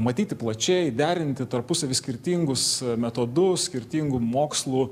matyti plačiai derinti tarpusavy skirtingus metodus skirtingų mokslų